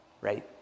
right